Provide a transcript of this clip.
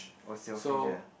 oh shellfish ah